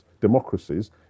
democracies